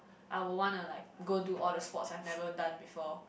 I will wanna like go do all the sports I've never done before